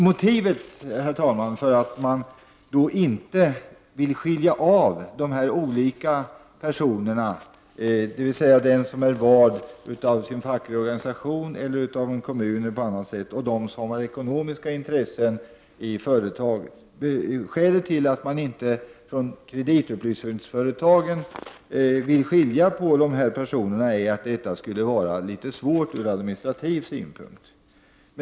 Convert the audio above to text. Motivet till att man inte vill skilja på de olika personerna, dvs. den som är vald av sin egen fackliga organisation eller kommunalt eller på annat sätt och den som har ekonomiska intressen i företag, är att detta skulle vara svårt administrativt.